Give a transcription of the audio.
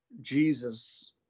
Jesus